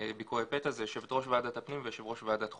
שיכולים לבצע ביקורי פתע זאת יושבת ראש ועדת הפנים ויושב ראש ועדת חוקה.